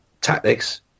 Tactics